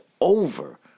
over